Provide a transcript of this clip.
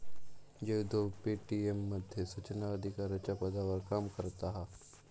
Jaydev Paytm मध्ये सुचना अधिकाराच्या पदावर काम करता हा